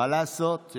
מה לעשות?